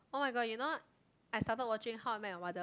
oh-my-god you know I started watching How-I-Met-Your-Mother